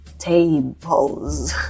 Tables